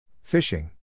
Fishing